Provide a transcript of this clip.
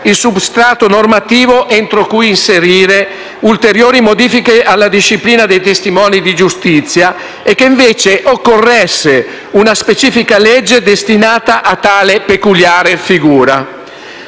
il substrato normativo entro cui inserire ulteriori modifiche alla disciplina dei testimoni di giustizia e che invece occorresse una specifica legge destinata a tale peculiare figura.